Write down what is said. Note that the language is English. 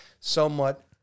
somewhat